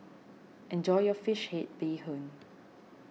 enjoy your Fish Head Bee Hoon